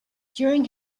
during